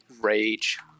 rage